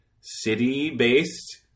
city-based